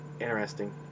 interesting